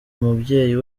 mubyeyi